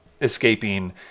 escaping